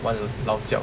one lao jiao